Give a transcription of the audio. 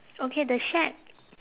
okay the shack